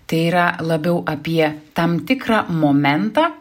tai yra labiau apie tam tikrą momentą